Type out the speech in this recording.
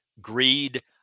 Greed